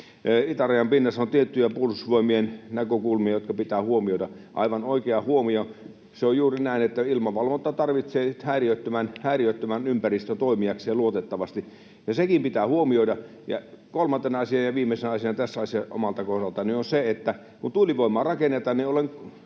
itärajan pinnassa on tiettyjä Puolustusvoimien näkökulmia, jotka pitää huomioida. Aivan oikea huomio. Se on juuri näin, että ilmavalvonta tarvitsee häiriöttömän ympäristön toimiakseen luotettavasti, ja sekin pitää huomioida. Kolmantena asiana ja viimeisenä asiana tässä asiassa omalta kohdaltani on se, että olen ihmetellyt